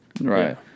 right